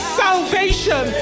salvation